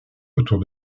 autour